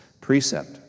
precept